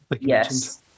Yes